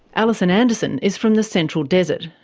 alison anderson is from the central desert,